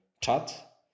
chat